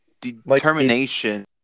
determination